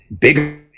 bigger